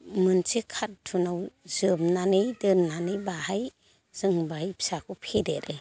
मोनसे कारटुनाव जोबनानै दोननानै बाहाय जों बाहाय फिसाखौ फेदेरो